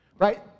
Right